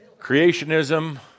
creationism